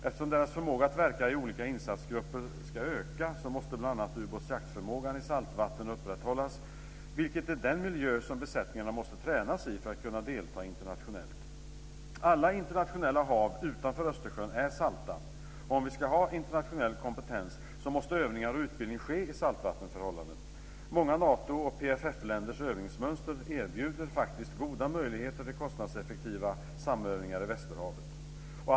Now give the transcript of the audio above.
Eftersom deras förmåga att verka i olika insatsgrupper ska öka måste bl.a. ubåtsjaktsförmågan upprätthållas i saltvatten, vilket är den miljö som besättningarna måste tränas i för att kunna delta internationellt. Alla internationella hav utanför Östersjön är salta. Om vi ska ha internationell kompetens måste övningar och utbildning ske i saltvattenförhållanden. Många Nato och PFF-länders övningsmönster erbjuder faktiskt goda möjligheter till kostnadseffektiva samövningar i västerhavet.